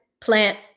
plant